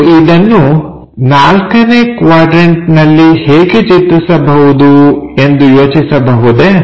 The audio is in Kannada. ನೀವು ಇದನ್ನು ನಾಲ್ಕನೇ ಕ್ವಾಡ್ರನ್ಟನಲ್ಲಿ ಹೇಗೆ ಚಿತ್ರಿಸಬಹುದು ಎಂದು ಯೋಚಿಸಬಹುದೇ